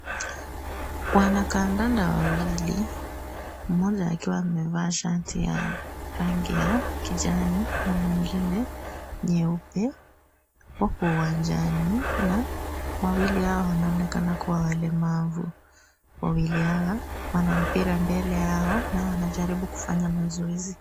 Wanakandanda wawili, mmoja akiwa amevaa shati ya rangi ya kijani na mwingine nyeupe, huku uwanjani na wawili hawa, wanaonekana kuwa walemavu. Wawili hawa, wana mpira mbele yao na wanajaribu kufanya mazoezi.